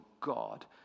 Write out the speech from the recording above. God